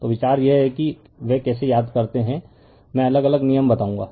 तो विचार यह है कि वे कैसे याद करते हैं मैं एक अलग नियम बताऊंगा